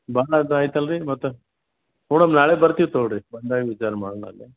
ಭಾಳ ಇದಾಯ್ತಲ್ಲ ರೀ ಮತ್ತೆ ನೋಡೋಣ ನಾಳೆ ಬರ್ತೀವಿ ತೊಗೊಳಿ ಬಂದಾಗ ವಿಚಾರ ಮಾಡೋಣ ಅಲ್ಲೇ